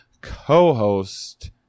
co-host